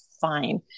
fine